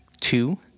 Two